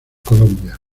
colombia